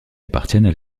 appartiennent